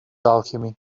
alchemy